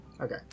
Okay